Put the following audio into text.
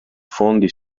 fondi